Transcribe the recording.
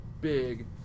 big